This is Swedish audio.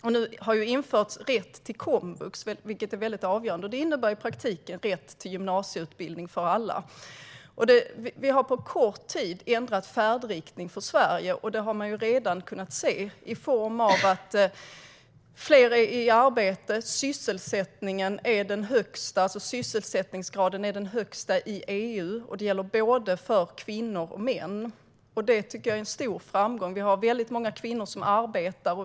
Nu har det införts rätt till komvux, vilket är väldigt avgörande. Det innebär i praktiken rätt till gymnasieutbildning för alla. Vi har på kort tid ändrat färdriktning för Sverige. Det har man redan kunnat se i form av att fler är i arbete och att sysselsättningsgraden är den högsta i EU - det gäller för både kvinnor och män. Det tycker jag är en stor framgång. Vi har väldigt många kvinnor som arbetar.